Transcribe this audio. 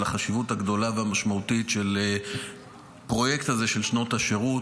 על החשיבות הגדולה והמשמעותית של הפרויקט של שנות השירות.